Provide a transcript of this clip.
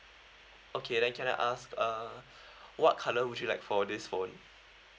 okay then can I ask uh what color would you like for this phone